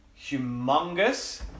humongous